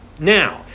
Now